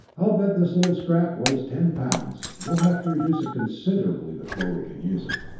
i'll bet this little scrap weights ten pounds! we'll have to reduce it considerably before we can use it.